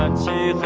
and so